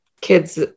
kids